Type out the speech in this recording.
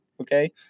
Okay